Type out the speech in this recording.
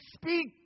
speak